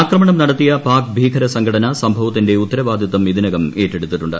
ആക്രമണം നടത്തിയ പാക് ഭീകരസംഘടന സംഭവത്തിന്റെ ഉത്തരവാദിത്തം ഇതിനകം ഏറ്റെടത്തിട്ടുണ്ട്